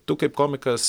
tu kaip komikas